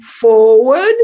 forward